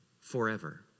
forever